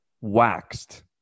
waxed